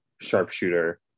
sharpshooter